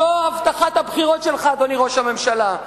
זאת הבטחת הבחירות שלך, אדוני ראש הממשלה,